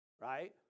Right